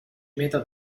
meta